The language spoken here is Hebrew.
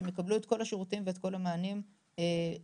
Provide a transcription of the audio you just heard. שיקבלו את כל השירותים ואת כל המענים בקהילה,